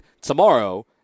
tomorrow